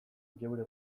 geure